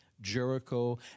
jericho